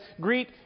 Greet